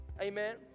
Amen